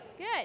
Good